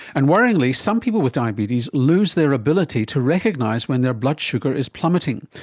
and worryingly, some people with diabetes lose their ability to recognise when their blood sugar is plummeting.